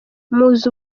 muzi